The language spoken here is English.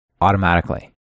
automatically